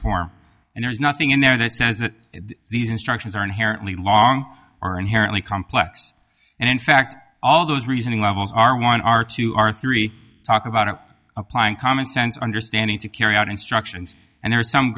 form and there's nothing in there that says that these instructions are inherently long or inherently complex and in fact all those reasoning levels are one our two are three talk about applying common sense understanding to carry out instructions and there are some